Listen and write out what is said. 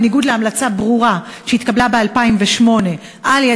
בניגוד להמלצה ברורה שהתקבלה ב-2008 על-ידי